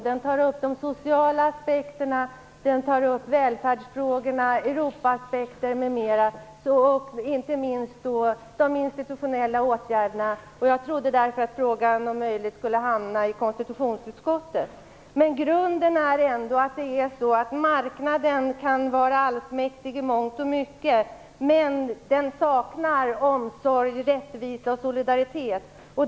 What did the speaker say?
Den tar upp de sociala aspekterna, välfärdsfrågor, Europaaspekter m.m. och inte minst de institutionella åtgärderna. Jag trodde därför att frågan om möjligt skulle hamna i konstitutionsutskottet. Men grunden är ändå att det är så, att marknaden kan vara allsmäktig i mångt och mycket, men den saknar omsorg, rättvisa och solidaritet.